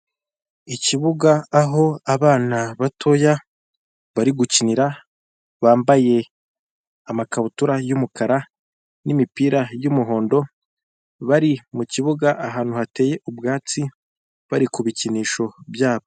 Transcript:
Ikibuga aho abana batoya bari gukinira, bambaye amakabutura y'umukara n'imipira y'umuhondo, bari mu kibuga ahantu hateye ubwatsi, bari ku bikinisho byabo.